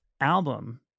album